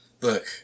Look